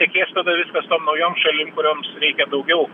reikės tada viską su tom naujom šalim kurioms reikia daugiau